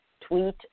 tweet